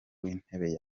w’intebe